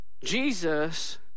Jesus